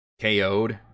KO'd